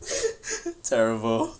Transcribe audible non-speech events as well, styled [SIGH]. [LAUGHS] terrible